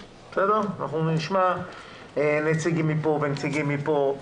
נשמע נציגים מפה ונציגים מפה.